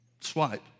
swipe